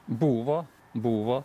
buvo buvo